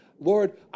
Lord